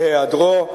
בהיעדרו,